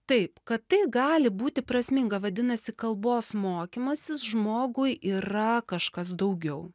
taip kad tai gali būti prasminga vadinasi kalbos mokymasis žmogui yra kažkas daugiau